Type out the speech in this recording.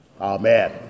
Amen